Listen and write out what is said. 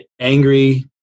angry